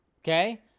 Okay